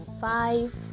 five